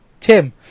Tim